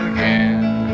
Again